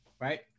right